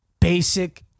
Basic